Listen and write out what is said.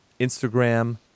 Instagram